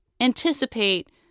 anticipate